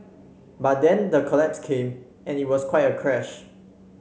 but then the collapse came and it was quite a crash